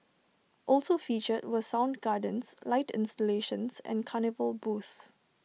also featured were sound gardens light installations and carnival booths